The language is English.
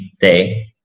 day